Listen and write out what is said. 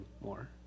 more